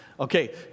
Okay